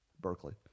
Berkeley